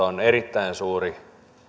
on erittäin suuri